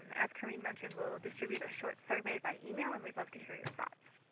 as karene mentioned, we'll distribute a short survey by email. and we'd love to hear your thoughts.